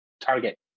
target